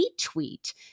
retweet